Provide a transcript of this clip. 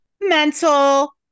Mental